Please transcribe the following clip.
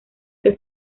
que